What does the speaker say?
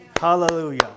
Hallelujah